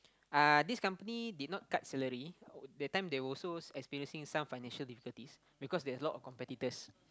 uh this company did not cut salary that time they were also experiencing some financial difficulties because there's a lot of competitors